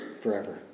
forever